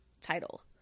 title